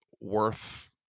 worth